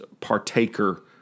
partaker